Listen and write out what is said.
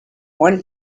one